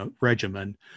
regimen